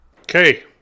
Okay